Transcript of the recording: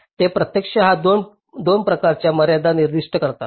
ते प्रत्यक्षात 2 प्रकारच्या मर्यादा निर्दिष्ट करतात